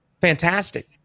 fantastic